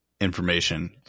information